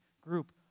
group